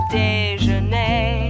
déjeuner